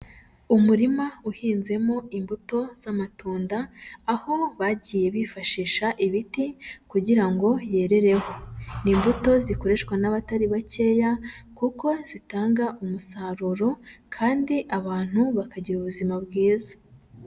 Umurima uhinzemo imbuto z'amatunda, aho bagiye bifashisha ibiti kugira ngo yerereho. Ni imbuto zikoreshwa n'abatari bakeya kuko zitanga umusaruro kandi abantu bakagira ubuzima bwiza.